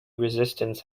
resistance